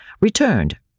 returned